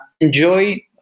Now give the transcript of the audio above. enjoy